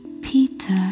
Peter